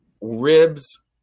ribs